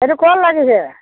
এইটো ক'ত লাগিছে